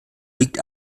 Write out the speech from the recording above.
liegt